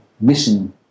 mission